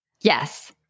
Yes